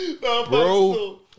bro